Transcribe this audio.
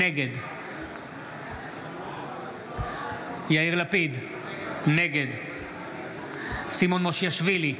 נגד יאיר לפיד, נגד סימון מושיאשוילי,